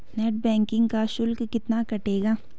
Net banking का शुल्क कितना कटेगा?